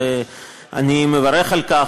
ואני מברך על כך.